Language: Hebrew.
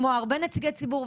כמו הרבה נציגי ציבור,